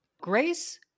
grace